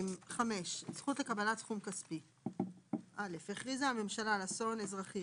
זכות לקבלת סכום כספי 5. (א)הכריזה הממשלה על אסון אזרחי,